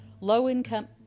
low-income